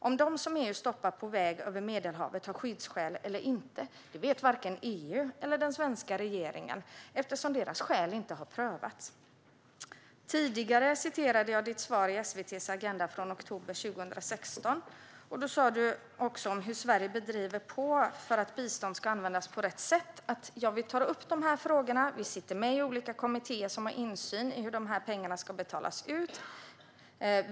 Om de som EU stoppar på väg över Medelhavet har skyddsskäl eller inte vet varken EU eller den svenska regeringen eftersom deras skäl inte har prövats. Tidigare citerade jag statsrådets svar i SVT:s Agenda från oktober 2016. Då sa statsrådet också att Sverige driver på för att bistånd ska användas på rätt sätt: "Ja, vi tar upp de här frågorna. Vi sitter med i olika kommittéer som har insyn i hur de här pengarna ska betalas ut.